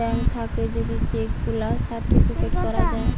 bank থাকে যদি cheque গুলাকে সার্টিফাইড করা যায়